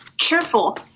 careful